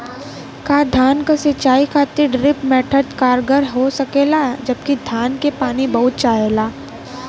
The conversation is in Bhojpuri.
का धान क सिंचाई खातिर ड्रिप मेथड कारगर हो सकेला जबकि धान के पानी बहुत चाहेला?